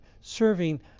serving